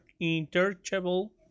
interchangeable